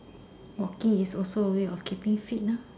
walking is also a way of keeping fit lah